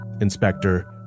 Inspector